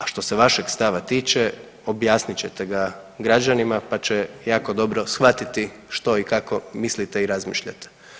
A što se vašeg stava tiče objasnit ćete ga građanima pa će jako dobro shvatiti što i kako mislite i razmišljate.